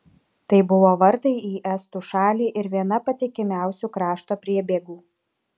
tai buvo vartai į estų šalį ir viena patikimiausių krašto priebėgų